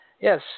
yes